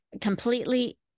completely